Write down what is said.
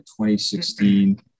2016